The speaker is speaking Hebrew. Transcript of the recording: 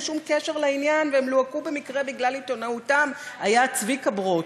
שום קשר לעניין והם לוהקו במקרה בגלל עיתונאותם היה צביקה ברוט.